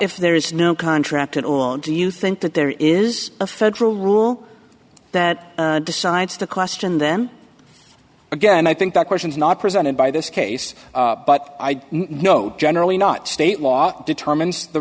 if there is no contract and do you think that there is a federal rule that decides to question them again i think that question's not presented by this case but i know generally not state law determines the